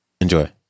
Enjoy